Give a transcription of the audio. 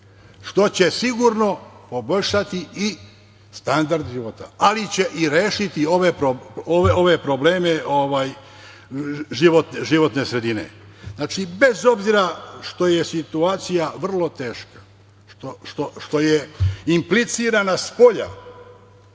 što će sigurno poboljšati i standard života, ali će i rešiti ove probleme životne sredine. Znači, bez obzira što je situacija vrlo teška, što je implicirana spolja,